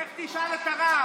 לך תשאל את הרב.